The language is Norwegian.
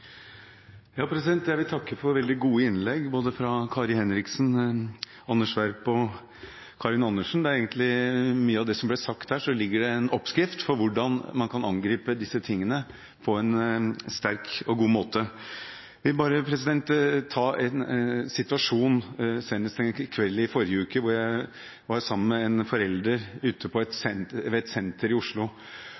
Jeg vil takke for veldig gode innlegg, både fra Kari Henriksen, Anders B. Werp og Karin Andersen. I mye av det som ble sagt her, ligger det en oppskrift på hvordan man kan angripe disse tingene på en sterk og god måte. Jeg vil fortelle om en situasjon senest en kveld i forrige uke da jeg var sammen med en forelder ved et